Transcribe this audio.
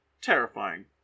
terrifying